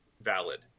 valid